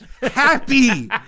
Happy